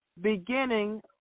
Beginning